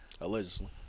Allegedly